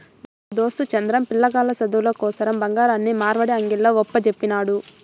నా దోస్తు చంద్రం, పిలగాల్ల సదువుల కోసరం బంగారాన్ని మార్వడీ అంగిల్ల ఒప్పజెప్పినాడు